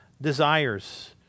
desires